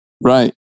right